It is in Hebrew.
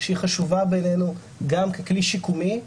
שהיא חשובה בעינינו גם ככלי שיקומי,